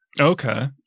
Okay